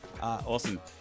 Awesome